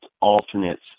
alternates